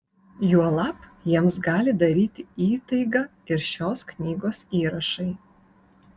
juolab jiems gali daryti įtaigą ir šios knygos įrašai